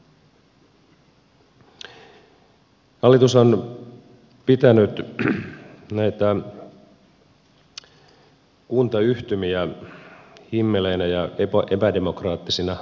hallitus on pitänyt näitä kuntayhtymiä himmeleinä ja epädemokraattisina tahoina